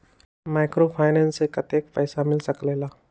Microfinance से कतेक पैसा मिल सकले ला?